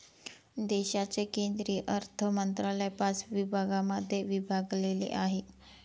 देशाचे केंद्रीय अर्थमंत्रालय पाच विभागांमध्ये विभागलेले आहे